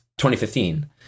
2015